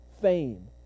fame